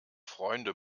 freunde